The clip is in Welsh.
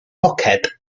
poced